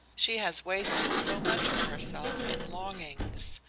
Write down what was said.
she has wasted so much of herself in longings.